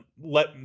let